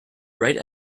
write